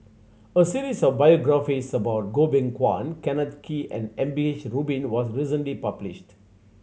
a series of biographies about Goh Beng Kwan Kenneth Kee and M P H Rubin was recently published